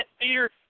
Peter